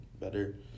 better